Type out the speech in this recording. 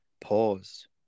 Pause